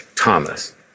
thomas